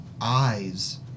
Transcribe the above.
eyes